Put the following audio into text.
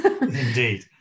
Indeed